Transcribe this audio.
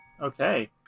Okay